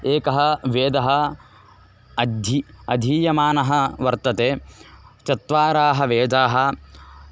एकः वेदः अद्धि अधीयमानः वर्तते चत्वारः वेदाः